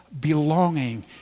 belonging